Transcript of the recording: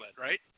right